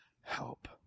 help